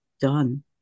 done